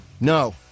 No